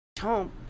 home